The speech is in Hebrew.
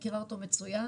אני מכירה אותו מצוין.